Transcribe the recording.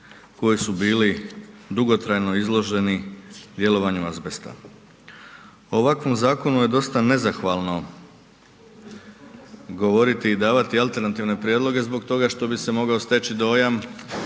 koji su bili dugotrajno izloženi djelovanju azbesta. O ovakvom zakonu je dosta nezahvalno govoriti i davati alternativne prijedloge zbog toga što bi se mogao steći dojam